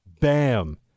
Bam